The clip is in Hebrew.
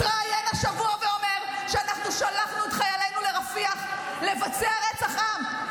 מתראיין השבוע ואומר שאנחנו שלחנו את חיילינו לרפיח לבצע רצח עם.